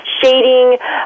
shading